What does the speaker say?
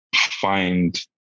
find